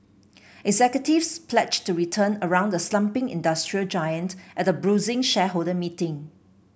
executives pledged to turn around the slumping industrial giant at a bruising shareholder meeting